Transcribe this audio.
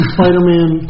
Spider-Man